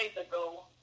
ago